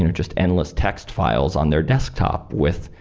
you know just endless text files on their desktop with,